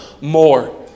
more